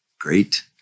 great